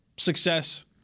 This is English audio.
Success